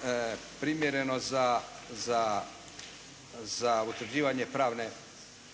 primjereno za utvrđivanje pravnog